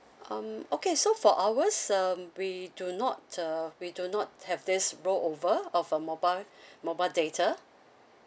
um okay so for ours um we do not uh we do not have this rollover of uh mobile mobile data